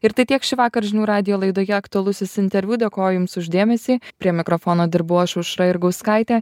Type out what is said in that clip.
ir tai tiek šįvakar žinių radijo laidoje aktualusis interviu dėkoju jums už dėmesį prie mikrofono dirbu aš aušra jurgauskaitė